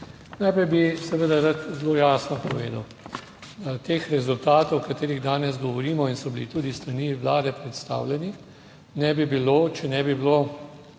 Najprej bi seveda rad zelo jasno povedal, da teh rezultatov o katerih danes govorimo in so bili tudi s strani Vlade predstavljeni, ne bi bilo, če ne bi bilo